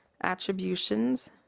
attributions